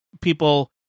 people